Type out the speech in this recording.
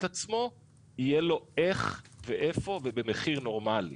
עצמו יהיה לו איך ואיפה ובמחיר נורמלי,